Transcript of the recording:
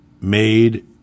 made